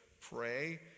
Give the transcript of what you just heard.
pray